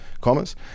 commas